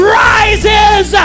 rises